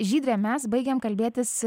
žydre mes baigėm kalbėtis